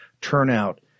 turnout